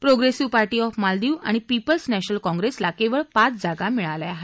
progressive Party of Maldives आणि People's National काँग्रेसला केवळ पाच जागा मिळाल्या आहेत